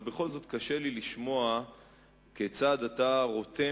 אבל בכל זאת קשה לי לשמוע כיצד אתה רותם